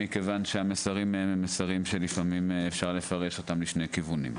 מכיוון שהמסרים מהם הם מסרים שלפעמים אפשר לפרש אותם לשני כיוונים.